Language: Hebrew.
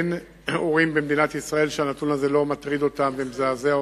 אין הורים במדינת ישראל שהנתון הזה לא מטריד אותם ומזעזע